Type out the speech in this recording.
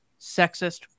sexist